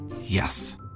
Yes